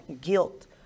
guilt